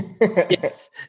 Yes